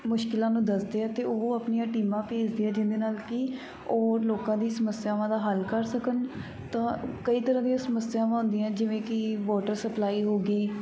ਮੁਸ਼ਕਿਲਾਂ ਨੂੰ ਦੱਸਦੇ ਹੈ ਅਤੇ ਉਹ ਆਪਣੀਆਂ ਟੀਮਾਂ ਭੇਜਦੇ ਹੈ ਜਿਹਦੇ ਨਾਲ ਕਿ ਉਹ ਲੋਕਾਂ ਦੀ ਸਮੱਸਿਆਵਾਂ ਦਾ ਹੱਲ ਕਰ ਸਕਣ ਤਾਂ ਕਈ ਤਰ੍ਹਾਂ ਦੀਆਂ ਸਮੱਸਿਆਵਾਂ ਹੁੰਦੀਆਂ ਜਿਵੇਂ ਕਿ ਵੋਟਰ ਸਪਲਾਈ ਹੋ ਗਈ